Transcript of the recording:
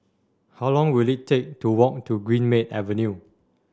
how long will it take to walk to Greenmead Avenue